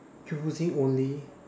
using only